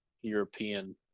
European